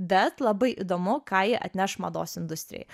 bet labai įdomu ką ji atneš mados industrijai